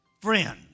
friend